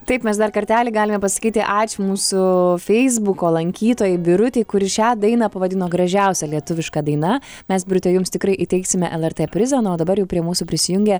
taip mes dar kartelį galime pasakyti ačiū mūsų feisbuko lankytojai birutei kuri šią dainą pavadino gražiausia lietuviška daina mes birute jums tikrai įteiksime lrt prizą na o dabar jau prie mūsų prisijungė